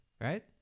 right